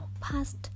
past